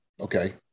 Okay